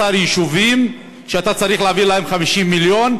16 יישובים שאתה צריך להעביר להם 50 מיליון,